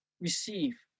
receive